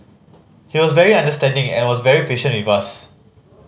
he was very understanding and was very patient with us